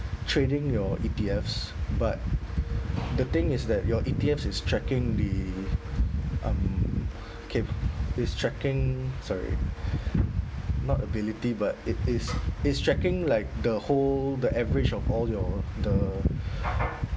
trading your E_T_Fs but the thing is that your E_T_Fs is tracking the um ca~ it's tracking sorry not ability but it is it's tracking like the whole the average of all your the